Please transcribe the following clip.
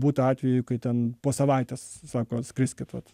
būta atvejų kai ten po savaitės sako skriskit vat